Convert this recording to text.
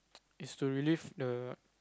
is to relive the